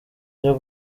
ryo